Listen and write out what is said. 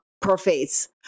profits